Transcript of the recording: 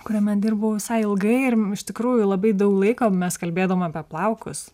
kuriame dirbau visai ilgai ir iš tikrųjų labai daug laiko mes kalbėdavom apie plaukus